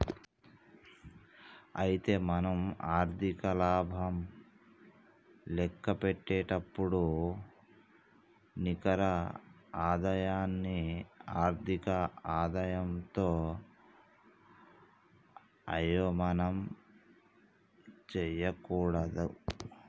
అయితే మనం ఆర్థిక లాభం లెక్కపెట్టేటప్పుడు నికర ఆదాయాన్ని ఆర్థిక ఆదాయంతో అయోమయం చేయకూడదు